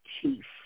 chief